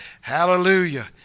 Hallelujah